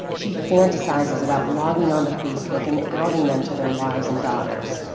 she fantasizes about logging on to facebook and outing them to their wives and daughters,